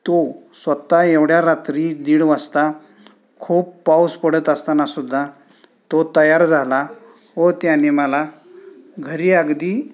तो स्वतः एवढ्या रात्री दीड वाजता खूप पाऊस पडत असताना सुद्धा तो तयार झाला व त्याने मला घरी अगदी